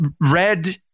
Red